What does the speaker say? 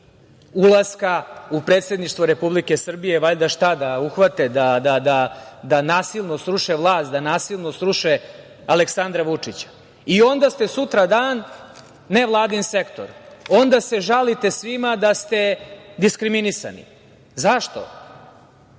ulaska u Predsedništvo Republike Srbije, valjda šta da uhvate, da nasilno sruše vlast, da nasilno sruše Aleksandra Vučića. Onda ste sutradan nevladin sektor, onda se žalite svima da ste diskriminisani.Zašto?